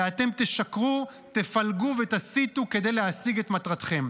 ואתם תשקרו, תפלגו ותסיתו כדי להשיג את מטרתכם.